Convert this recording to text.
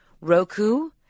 Roku